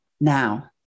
now